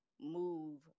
move